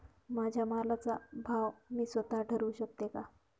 माझ्या मालाचा भाव मी स्वत: ठरवू शकते का?